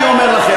אני אומר לכם,